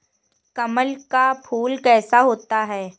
कमल का फूल कैसा होता है?